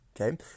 okay